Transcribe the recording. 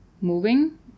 moving